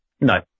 No